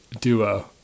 duo